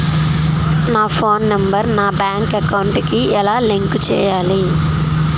నా phone number నా bank account కి ఎలా లింక్ చేయాలి?